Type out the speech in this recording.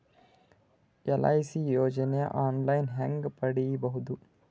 LIC ಯೋಜನೆ online ಹೇಂಗ ಪಡಿಬಹುದು?